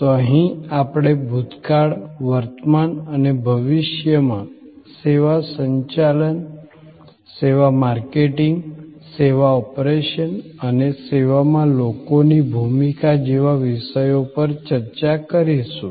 તો અહી આપણે ભૂતકાળ વર્તમાન અને ભવિષ્ય માં સેવા સંચાલન સેવા માર્કેટિંગ સેવા ઓપરેશન્સ અને સેવામાં લોકો ની ભૂમિકા જેવા વિષયો પર ચર્ચા કરીશું